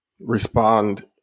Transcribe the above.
respond